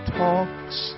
talks